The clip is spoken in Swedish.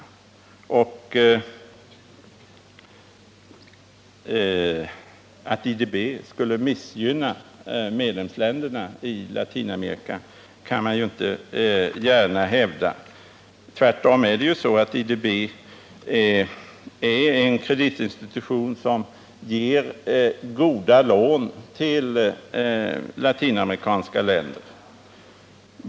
Man kan inte gärna hävda att IDB skulle missgynna medlemsländerna i Latinamerika. Tvärtom är IDB en kreditinstitution som ger goda lån till Latinamerikanska länder.